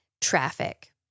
traffic